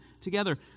together